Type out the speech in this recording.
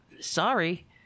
sorry